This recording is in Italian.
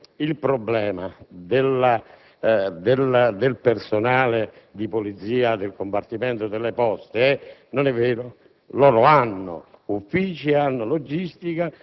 verrebbero chiuse unitamente alla Scuola. Il problema del personale di polizia del compartimento delle poste, poi, non è vero: